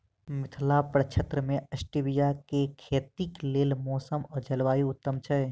मिथिला प्रक्षेत्र मे स्टीबिया केँ खेतीक लेल मौसम आ जलवायु उत्तम छै?